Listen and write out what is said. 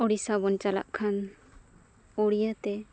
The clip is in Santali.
ᱳᱰᱤᱥᱟ ᱵᱚᱱ ᱪᱟᱞᱟᱜ ᱠᱷᱟᱱ ᱩᱲᱤᱭᱟᱹᱛᱮ